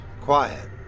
quiet